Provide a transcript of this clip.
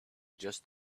just